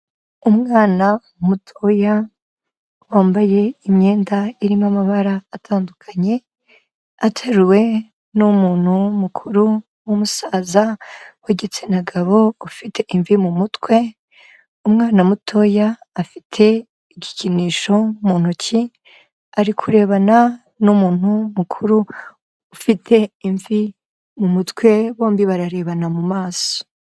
Umwana mutoya wambaye imyenda irimo amabara atandukanye, ateruwe n'umuntu mukuru w'umusaza, w'igitsina gabo, ufite imvi mu mutwe, umwana mutoya afite igikinisho mu ntoki ari kurebana n'umuntu mukuru, ufite imvi mu mutwe bombi bararebana mu maso.